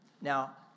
Now